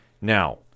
Now